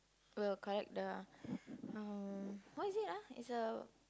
we'll collect the um what is it ah is a